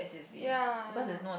ya